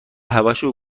همهشون